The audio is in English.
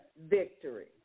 victory